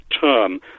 term